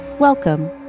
Welcome